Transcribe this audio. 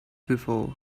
before